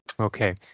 Okay